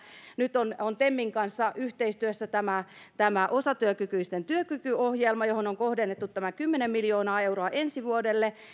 nyt toteutetaan temin kanssa yhteistyössä tämä tämä osatyökykyisten työkykyohjelma johon on kohdennettu kymmenen miljoonaa euroa ensi vuodelle